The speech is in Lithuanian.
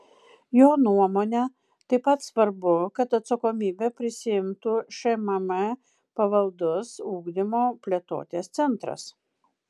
jo nuomone taip pat svarbu kad atsakomybę prisiimtų šmm pavaldus ugdymo plėtotės centras